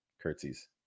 curtsies